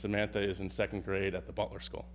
samantha is in second grade at the butler school